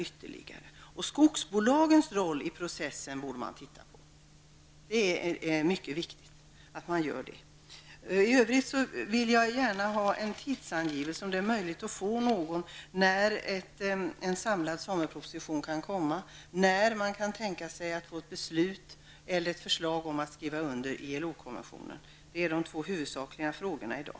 Det är också mycket viktigt att man tittar på skogsbolagens roll i processen. För övrigt vill jag om möjligt gärna ha en tidsangivelse för när en samlad sameproposition kan komma och när man kan tänka sig att få ett beslut eller ett förslag om att skriva under ILO konventionen. Det är det två huvudsakliga frågorna i dag.